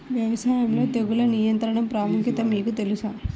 వ్యవసాయంలో తెగుళ్ల నియంత్రణ ప్రాముఖ్యత మీకు తెలుసా?